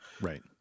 Right